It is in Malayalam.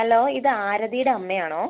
ഹലോ ഇത് ആരതിയുടെ അമ്മയാണോ